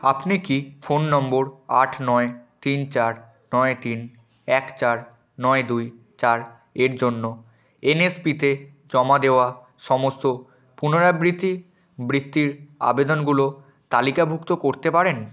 আপনি কি ফোন নম্বর আট নয় তিন চার নয় তিন এক চার নয় দুই চার এর জন্য এনএসপিতে জমা দেওয়া সমস্ত পুনরাবৃত্তি বৃত্তির আবেদনগুলো তালিকাভুক্ত করতে পারেন